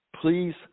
please